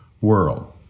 world